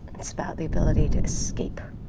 it's about the ability to escape.